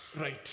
right